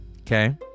Okay